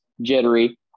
jittery